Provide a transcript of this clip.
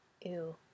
Ew